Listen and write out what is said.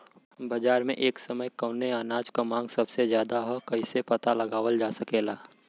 बाजार में एक समय कवने अनाज क मांग सबसे ज्यादा ह कइसे पता लगावल जा सकेला?